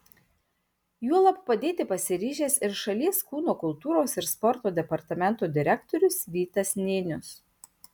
juolab padėti pasiryžęs ir šalies kūno kultūros ir sporto departamento direktorius vytas nėnius